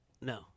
No